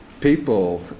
people